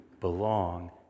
belong